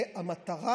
והמטרה